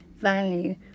value